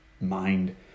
mind